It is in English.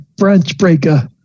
Branchbreaker